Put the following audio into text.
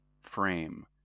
frame